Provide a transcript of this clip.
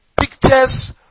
pictures